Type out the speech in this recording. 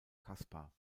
caspar